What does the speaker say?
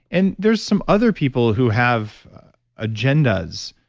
and there's some other people who have agendas,